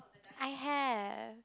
I have